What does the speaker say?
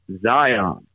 Zion